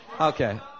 Okay